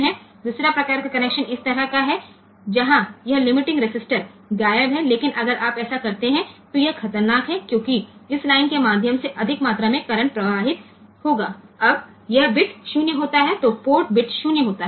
હવે બીજા પ્રકારનું કનેક્શન આના જેવું હોય છે કે જ્યાં આ લીમિટિંગ રેઝિસ્ટન્સ ખૂટે છે પરંતુ જો આપણે આ કરીએ તો તે ખતરનાક હોય છે કારણ કે જયારે આ પોર્ટ બીટ 0 હશે ત્યારે આ લાઈન માંથી વધુ પ્રમાણમાં કરંટ વહેશે